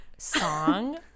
Song